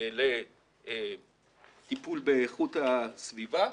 לטיפול באיכות הסביבה.